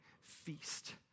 feast